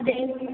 അതെ